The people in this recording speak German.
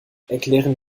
erklären